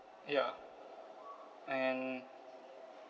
ya and